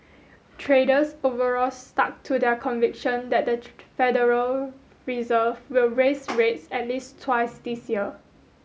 traders overall stuck to their conviction that the Federal Reserve will raise rates at least twice this year